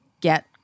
get